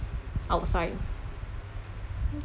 outside